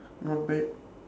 not bad